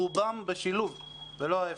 רובם בשילוב ולא להיפך.